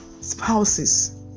spouses